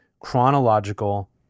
chronological